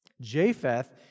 Japheth